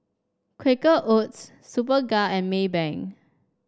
Quaker Oats Superga and Maybank